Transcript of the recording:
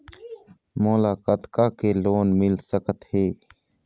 मोला कतका के लोन मिल सकत हे?